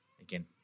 Again